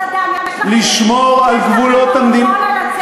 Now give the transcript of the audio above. האחריות לשמור על גבולות המדינה,